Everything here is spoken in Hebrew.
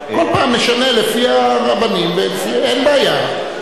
כל פעם נשנה לפי הרבנים, אין בעיה.